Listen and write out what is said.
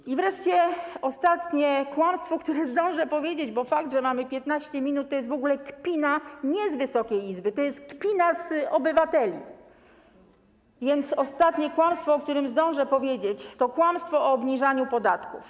I wreszcie ostatnie kłamstwo, o którym zdążę powiedzieć, bo fakt, że mamy 15 minut, to jest w ogóle kpina, ale nie z Wysokiej Izby, to jest kpina z obywateli, a więc ostatnie kłamstwo, o którym zdążę powiedzieć, to kłamstwo o obniżaniu podatków.